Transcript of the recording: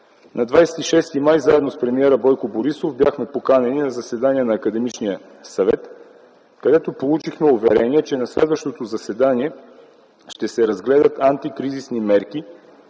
На 26 май т.г. заедно с премиера Бойко Борисов бяхме поканени на заседание на Академичния съвет, където получихме уверение, че на следващото заседание ще се разгледат антикризисни мерки,